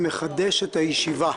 למה צריך חצי שעה?